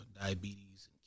diabetes